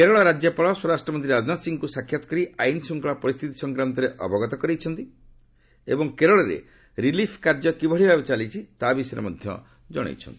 କେରଳ ରାଜ୍ୟପାଳ ସ୍ୱରାଷ୍ଟ୍ରମନ୍ତ୍ରୀ ରାଜନାଥ ସିଂହଙ୍କୁ ସାକ୍ଷାତ କରି ଆଇନ୍ ଶୂଙ୍ଗଳା ପରିସ୍ଥିତି ସଂକ୍ରାନ୍ତରେ ଅବଗତ କରାଇଛନ୍ତି ଏବଂ କେରଳରେ ରିଲିଫ୍ କିଭଳି ଭାବେ ଚାଲିଛି ତା ବିଷୟରେ ମଧ୍ୟ ଜଣାଇଛନ୍ତି